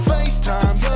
FaceTime